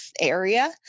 area